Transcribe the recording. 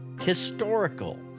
historical